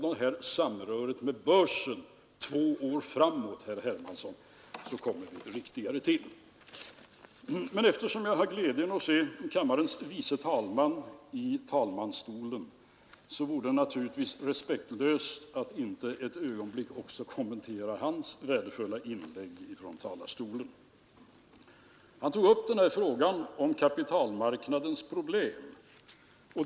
Att andra nationer hade en större BNP-ökning, som då skulle inregistreras så att de inte förlorade några år, berodde ju på att de var flitigare att bygga bostäder och expandera på den offentliga sektorn — saker och ting som vi i stor utsträckning hade gjort undan tidigare.